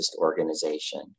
organization